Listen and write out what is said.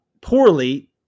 poorly